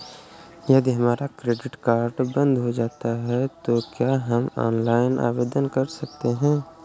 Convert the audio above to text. यदि हमारा credit card बंद हो जाता है तो क्या हम ऑनलाइन आवेदन कर सकते हैं?